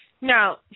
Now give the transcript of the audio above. Now